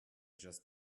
just